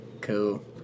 Cool